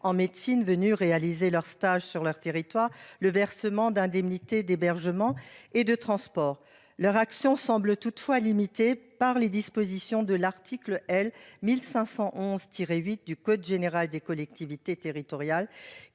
en médecine venus réaliser un stage sur leur territoire le versement d'indemnités d'hébergement et de transport. Leur action semble toutefois limitée par les dispositions de l'article L. 1511-8 du code général des collectivités territoriales,